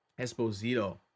Esposito